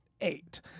eight